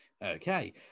Okay